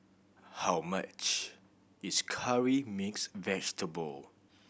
how much is Curry Mixed Vegetable